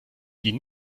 die